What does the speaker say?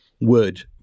word